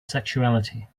sexuality